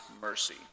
mercy